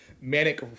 manic